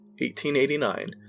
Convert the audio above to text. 1889